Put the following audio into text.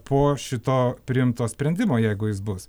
po šito priimto sprendimo jeigu jis bus